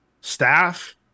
staff